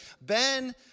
Ben